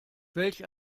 welch